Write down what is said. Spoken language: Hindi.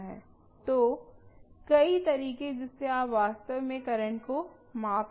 तो कई तरीके जिससे आप वास्तव में करंट को माप सकते हैं